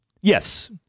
Yes